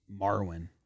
Marwin